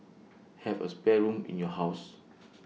have A spare room in your house